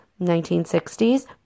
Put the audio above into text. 1960s